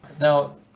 Now